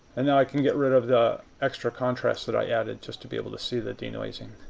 and now i can get rid of the extra contrast that i added just to be able to see the denoising.